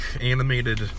animated